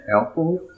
helpful